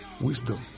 wisdom